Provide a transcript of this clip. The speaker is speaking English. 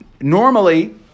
normally